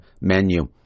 menu